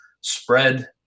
spread